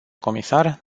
comisar